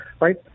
right